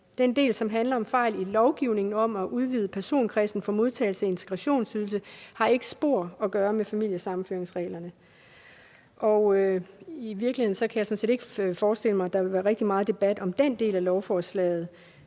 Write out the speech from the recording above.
Den del, der handler om fejl i lovgivningen om at udvide personkredsen for modtagelse af integrationsydelse, har ikke spor at gøre med familiesammenføringsreglerne. I virkeligheden kan jeg sådan set ikke forestille mig, at der vil være rigtig meget debat om den del af lovforslaget.